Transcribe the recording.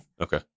Okay